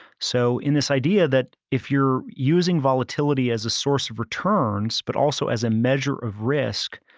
so in this idea that if you're using volatility as a source of returns but also as a measure of risk,